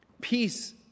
Peace